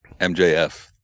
MJF